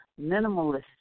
minimalist